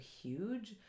huge